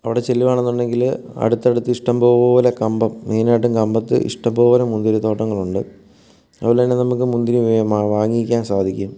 അവിടെ ചെല്ലുകയാണെന്നുണ്ടെങ്കിൽ അടുത്തടുത്ത് ഇഷ്ടംപോലെ കമ്പം മെയിനായിട്ടും കമ്പം മെയിനായിട്ട് കമ്പത്ത് ഇഷ്ടംപോലെ മുന്തിരി തോട്ടങ്ങളുണ്ട് അതുപോലെ തന്നെ നമുക്ക് മുന്തിരി വാങ്ങിക്കാൻ സാധിക്കും